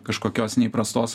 kažkokios neįprastos